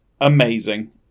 amazing